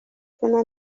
zana